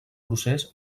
procés